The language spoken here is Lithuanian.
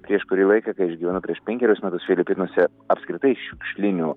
prieš kurį laiką kai aš gyvenau prieš penkerius metus filipinuose apskritai šiukšlinių